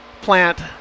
plant